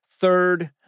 Third